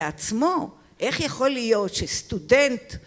לעצמו, איך יכול להיות שסטודנט